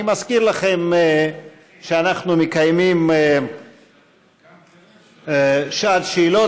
אני מזכיר לכם שאנחנו מקיימים שעת שאלות